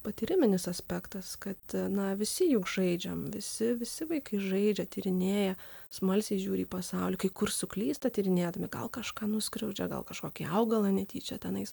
patyriminis aspektas kad na visi juk žaidžiam visi visi vaikai žaidžia tyrinėja smalsiai žiūri į pasaulį kai kur suklysta tyrinėdami gal kažką nuskriaudžia gal kažkokį augalą netyčia tenais